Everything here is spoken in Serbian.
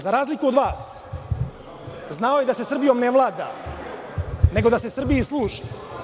Za razliku od vas, znao je da se Srbijom ne vlada, nego da se Srbiji služi.